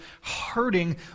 hurting